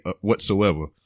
whatsoever